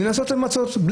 לנסות למצות,